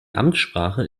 amtssprache